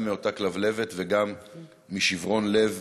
גם מאותה כלבלבת וגם משיברון לב,